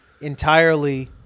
entirely